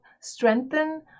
strengthen